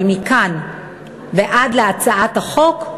אבל מכאן ועד להצעת החוק,